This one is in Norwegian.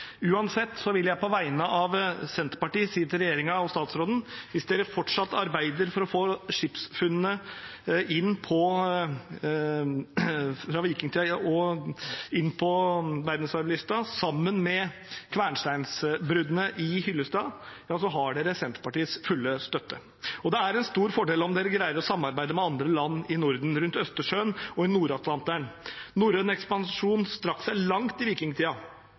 vil jeg på vegne av Senterpartiet si til regjeringen og statsråden at hvis de fortsatt arbeider for å få skipsfunnene fra vikingtiden inn på verdensarvlisten, sammen med kvernsteinsbruddene i Hyllestad, har de Senterpartiets fulle støtte. Det er en stor fordel om de greier å samarbeide med andre land i Norden, rundt Østersjøen og i Nord-Atlanteren. Norrøn ekspansjon strekte seg langt i